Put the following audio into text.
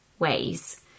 ways